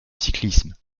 cyclisme